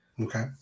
Okay